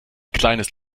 kleines